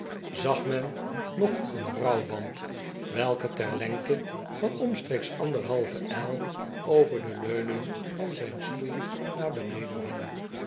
zag men nog den rouwband welke ter lengte van omstreeks anderhalve el over de leuning van zijn stoel naar beneden hing